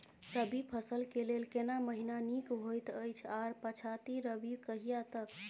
रबी फसल के लेल केना महीना नीक होयत अछि आर पछाति रबी कहिया तक?